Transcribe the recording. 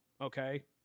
okay